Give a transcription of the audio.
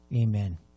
amen